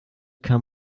kann